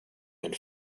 and